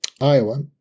Iowa